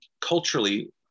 culturally